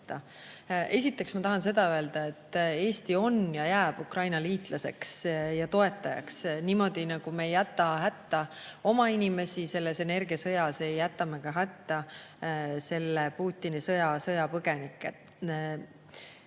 võtta?"Esiteks ma tahan seda öelda, et Eesti on ja jääb Ukraina liitlaseks ja toetajaks. Niimoodi, nagu me ei jäta hätta oma inimesi selles energiasõjas, ei jäta me hätta ka selle Putini sõja sõjapõgenikke.